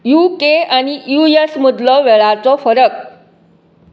you K आनी U S मदलो वेळाचो फरक